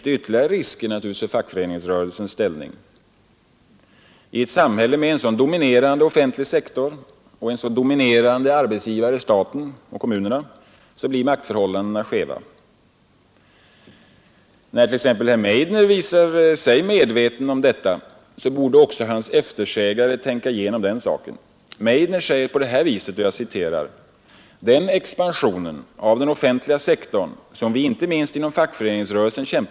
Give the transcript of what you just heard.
I det moderna samhället finns det många krafter som tillsammans har bidragit till att den offentliga sektorn vuxit och fortsätter att växa. Men jag tror att man bör understryka de allvarliga svårigheter som är förenade med en sådan ständig utvidgning av det offentliga. Dessa svårigheter måste man vara medveten om.